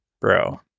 bro